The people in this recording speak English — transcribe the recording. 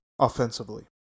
offensively